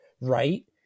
right